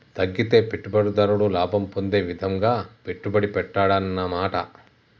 తగ్గితే పెట్టుబడిదారుడు లాభం పొందే విధంగా పెట్టుబడి పెట్టాడన్నమాట